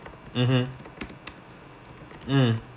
mmhmm mm